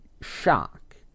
shock